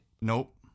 Nope